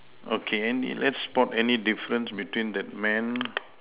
okay let's spot any difference between that man